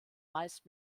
meist